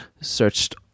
searched